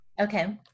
okay